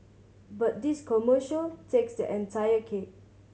but this commercial takes the entire cake